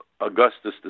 Augustus